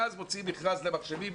ואז מוציאים מכרז למחשבים,